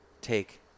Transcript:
take